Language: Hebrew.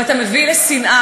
ואתה מביא לשנאה,